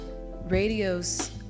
radios